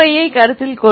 My ஐ கருத்தில் கொள்வோம்